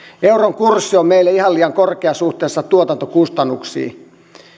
euron kurssi on meille ihan liian korkea suhteessa tuotantokustannuksiin